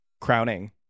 crowning